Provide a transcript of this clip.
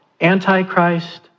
Antichrist